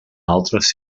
altres